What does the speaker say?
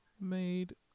made